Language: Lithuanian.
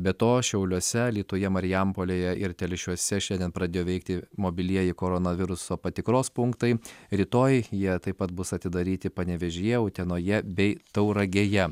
be to šiauliuose alytuje marijampolėje ir telšiuose šiandien pradėjo veikti mobilieji koronaviruso patikros punktai rytoj jie taip pat bus atidaryti panevėžyje utenoje bei tauragėje